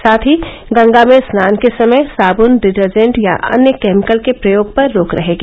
साथ ही गंगा में स्नान के समय साबुन डिटर्जेंट या अन्य केमिकल के प्रयोग पर रोक रहेगी